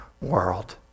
world